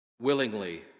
willingly